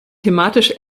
thematisch